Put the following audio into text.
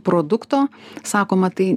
produkto sakoma tai